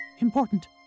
important